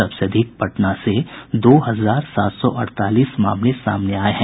सबसे अधिक पटना से दो हजार सात सौ अड़तालीस मामले सामने आए हैं